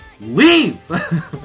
Leave